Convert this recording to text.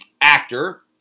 actor